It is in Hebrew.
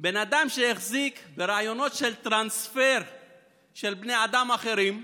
בן אדם שהחזיק ברעיונות של טרנספר של בני אדם אחרים,